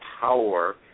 power